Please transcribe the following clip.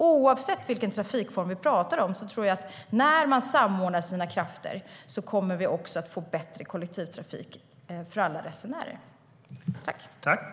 Oavsett vilken trafikform vi pratar om tror jag att vi kommer att få bättre kollektivtrafik för alla resenärer när man samordnar sina krafter.